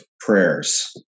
prayers